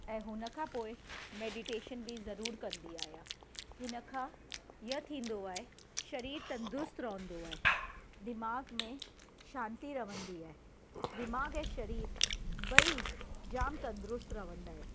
हिनखां हीअ थींदो आहे शरीर तंदुरुस्तु रहंदो आहे दिमाग़ में शांती रहंदी आहे दिमाग़ ऐं शरीर ॿई जामु तंदुरुस्तु रहंदा आहिनि